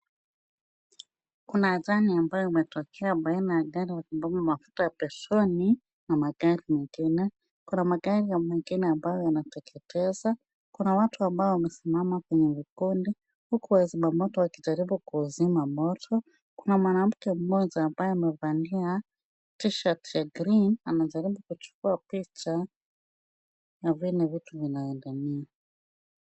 Kuna ajali ambayo imetokea baina ya gari ya kubebea mafuta ya petroli na magari mengine. Kuna magari mengine ambayo yanateketeza. Kuna watu ambao wamesimama kwenye vikundi. Huku wazimamoto wakijaribu kuzima moto. Kuna mwanamke mmoja ambaye amevalia T-shirt ya green , anajaribu kuchukua picha na vile vitu vinaendania.